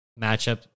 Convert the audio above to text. matchup